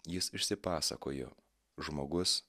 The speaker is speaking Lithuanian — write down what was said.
jis išsipasakojo žmogus